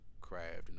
craft